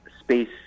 space